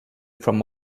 from